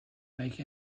make